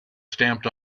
stamped